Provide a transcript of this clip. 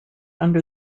under